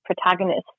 Protagonist